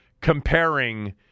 comparing